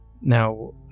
Now